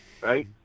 Right